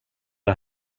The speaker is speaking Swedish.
det